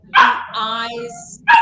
eyes